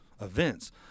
events